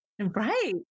Right